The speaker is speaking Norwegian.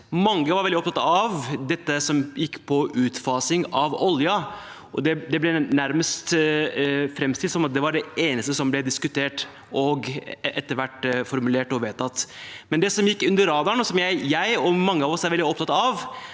Mange var veldig opptatt av det som handlet om utfasing av oljen. Det ble nærmest framstilt som at det var det eneste som ble diskutert, og etter hvert formulert og vedtatt. Men det som gikk under radaren, og som jeg og mange av oss er veldig opptatt av,